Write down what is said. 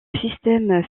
système